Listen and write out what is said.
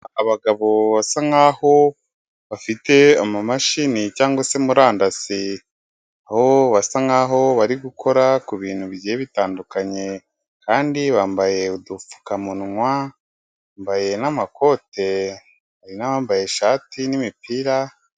Abagabo basa nkaho bafite amamashini cyangwa se murandasi aho basa nkaho bari gukora ku bintu bigiye bitandukanye kandi bambaye udupfukamunwa, bambaye n'amakote hari n'abambaye ishati n'imipira.